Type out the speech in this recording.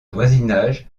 voisinage